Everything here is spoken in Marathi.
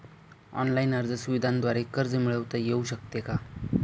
ऑनलाईन अर्ज सुविधांद्वारे कर्ज मिळविता येऊ शकते का?